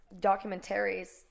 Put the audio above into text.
documentaries